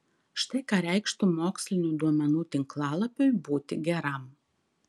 štai ką reikštų mokslinių duomenų tinklalapiui būti geram